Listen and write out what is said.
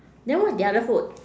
then what's the other food